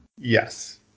Yes